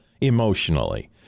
emotionally